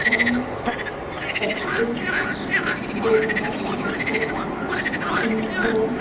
سو پچس دو ہزار پچھتر تین سو